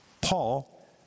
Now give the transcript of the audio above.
Paul